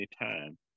anytime